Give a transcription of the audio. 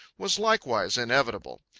was likewise inevitable.